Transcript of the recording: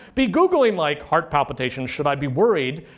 be googling like heart palpitations should i be worried?